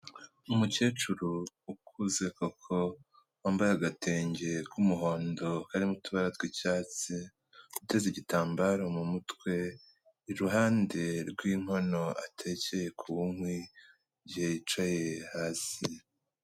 Umukecuru ukuze koko wambaye agatenge k'umuhondo karimo utubara tw'icyatsi uteze igitambaro mu mutwe, iruhande rw'inkono atekeye ku nkwi yicaye hasi.